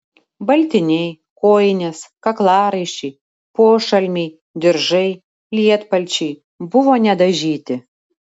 baltiniai kojinės kaklaraiščiai pošalmiai diržai lietpalčiai buvo nedažyti